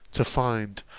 to find,